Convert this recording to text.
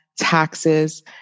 taxes